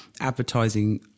Advertising